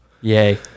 yay